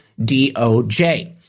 DOJ